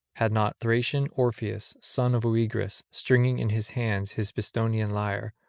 had not thracian orpheus, son of oeagrus, stringing in his hands his bistonian lyre,